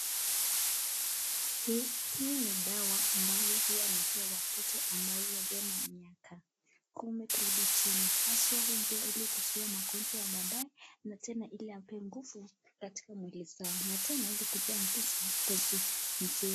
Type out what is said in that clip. Hii ni dawa ambayo huwa wanapewa watoto walio na miaka kumi kurudi chini haswa hupewa ili kuzuia magonjwa ya baadae na tena ili ampee nguvu katika mwili zao na tena ili kupea ngozi mzuri.